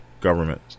government